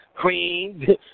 queen